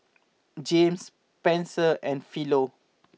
Jamel Spenser and Philo